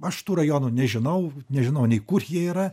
aš tų rajonų nežinau nežinau nei kur jie yra